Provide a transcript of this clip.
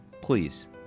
Please